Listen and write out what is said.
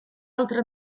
altra